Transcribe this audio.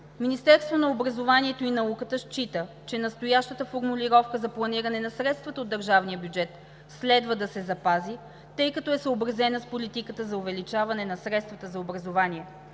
Министерството на образованието и науката счита, че настоящата формулировка за планиране на средствата от държавния бюджет следва да се запази, тъй като е съобразена с политиката за увеличаване на средствата за образование.